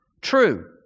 true